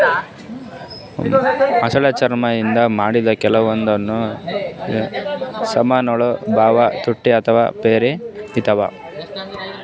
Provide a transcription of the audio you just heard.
ಮೊಸಳಿ ಚರ್ಮ್ ದಿಂದ್ ಮಾಡಿದ್ದ್ ಕೆಲವೊಂದ್ ಸಮಾನ್ಗೊಳ್ ಭಾಳ್ ತುಟ್ಟಿ ಅಥವಾ ಪಿರೆ ಇರ್ತವ್